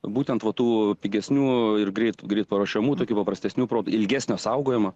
būtent nuo tų pigesnių ir greit greit paruošiamų tokių paprastesnių pro ilgesnio saugojimo